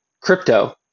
Crypto